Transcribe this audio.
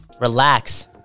Relax